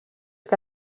que